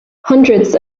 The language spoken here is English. hundreds